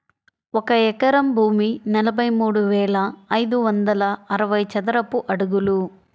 ఒక ఎకరం భూమి నలభై మూడు వేల ఐదు వందల అరవై చదరపు అడుగులు